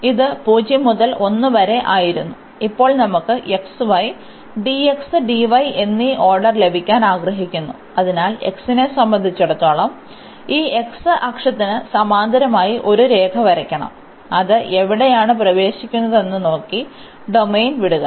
അതിനാൽ ഇത് 0 മുതൽ 1 വരെ ആയിരുന്നു ഇപ്പോൾ നമുക്ക് എന്നീ ഓർഡർ ലഭിക്കാൻ ആഗ്രഹിക്കുന്നു അതിനാൽ x നെ സംബന്ധിച്ചിടത്തോളം ഈ x അക്ഷത്തിന് സമാന്തരമായി ഒരു രേഖ വരയ്ക്കണം അത് എവിടെയാണ് പ്രവേശിക്കുന്നതെന്ന് നോക്കി ഡൊമെയ്ൻ വിടുക